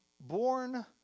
born